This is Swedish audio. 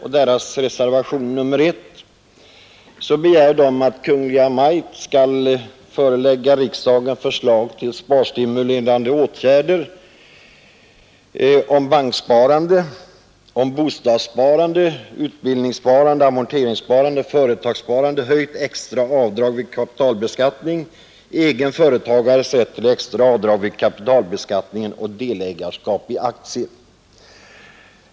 I sin reservation nr 1 kräver de ”att riksdagen i skrivelse till Kungl. Maj:t begär att förslag skall föreläggas riksdagen till sparstimulerande åtgärder i enlighet med vad i motionerna anförts om banksparande, bostadssparande, utbildningssparande, amorteringssparande, företagssparande, höjt extra avdrag vid kapitalbeskattningen, egenföretagares rätt till extra avdrag vid kapitalbeskattningen och delägarsparande i aktier”.